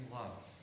love